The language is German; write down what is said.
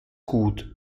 gut